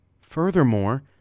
Furthermore